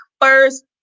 first